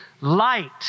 light